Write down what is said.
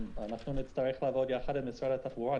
נצטרך לעבוד יחד עם משרד התחבורה.